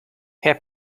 herr